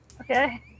Okay